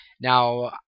Now